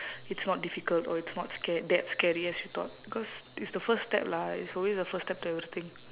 it's not difficult or it's not scar~ that scary as you thought because it's the first step lah it's always the first step to everything